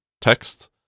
text